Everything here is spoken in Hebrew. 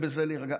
בזה להירגע,